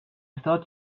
thought